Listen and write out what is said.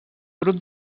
grup